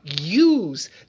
use